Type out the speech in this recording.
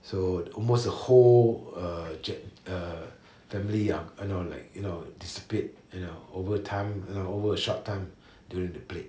so almost the whole err jet~ err family um you know like you know disappeared you know over time you know over a short time during the plague